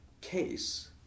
case